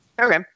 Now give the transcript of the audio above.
Okay